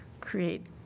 create